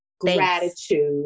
gratitude